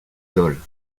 dol